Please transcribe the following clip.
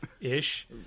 Ish